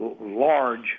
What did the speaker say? large